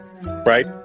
Right